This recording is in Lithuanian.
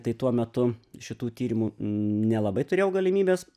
tai tuo metu šitų tyrimų nelabai turėjau galimybės